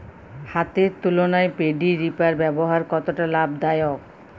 হাতের তুলনায় paddy reaper ব্যবহার কতটা লাভদায়ক?